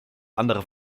andere